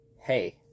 hey